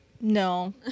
No